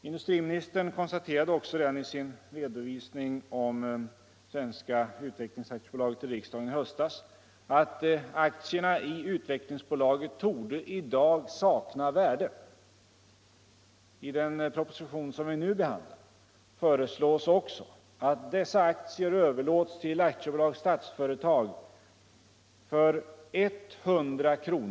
Industriministern konstaterade också redan i sin redovisning rörande Svenska Utvecklingsaktiebolaget till riksdagen i höstas: ”Aktierna i Utvecklingsbolaget torde i dag sakna värde.” I den proposition som vi behandlar föreslås också att dessa aktier överlåts till AB Statsföretag för 100 kr.